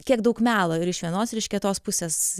kiek daug melo ir iš vienos ir iš kitos pusės